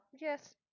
Yes